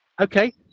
okay